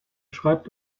schreibt